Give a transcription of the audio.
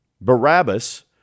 Barabbas